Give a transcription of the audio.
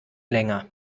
länger